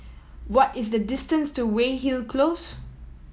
what is the distance to Weyhill Close